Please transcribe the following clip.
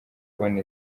kubona